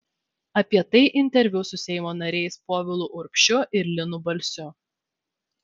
apie tai interviu su seimo nariais povilu urbšiu ir linu balsiu